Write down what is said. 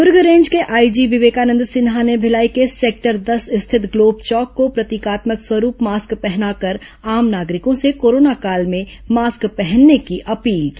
Durg range के IG Vivekanand Sinha ने भिलाई के सेक्टर दस स्थित ग्लोब चौक को प्रतीकात्मक स्वरूप मास्क पहनाकर आम नागरिकों से कोरोना काल में मास्क पहनने की अपील की